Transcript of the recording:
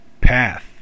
path